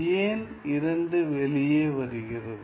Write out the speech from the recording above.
ஏன் 2 வெளியே வருகிறது